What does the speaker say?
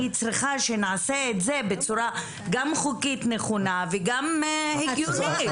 אני רוצה שנעשה זאת בצורה חוקית נכונה וגם הגיונית.